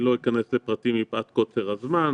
לא אכנס לפרטים מפאת קוצר הזמן,